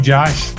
Josh